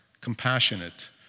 compassionate